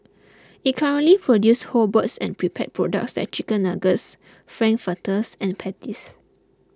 it currently produces whole birds and prepared products like Chicken Nuggets Frankfurters and Patties